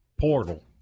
portal